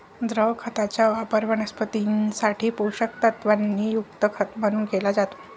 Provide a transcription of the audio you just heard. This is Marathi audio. द्रव खताचा वापर वनस्पतीं साठी पोषक तत्वांनी युक्त खत म्हणून केला जातो